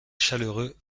chaleureux